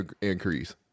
increase